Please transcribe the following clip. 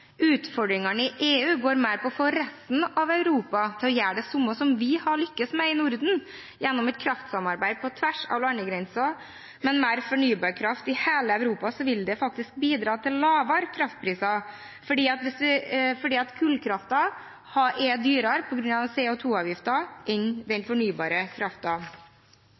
Utfordringene i EU går mer på å få resten av Europa til å gjøre det samme som vi har lyktes med i Norden, gjennom et kraftsamarbeid på tvers av landegrensene. Mer fornybar kraft i hele Europa vil faktisk bidra til lavere kraftpriser, for kullkraften er, på grunn av CO 2 -avgiften, dyrere enn den fornybare